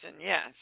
Yes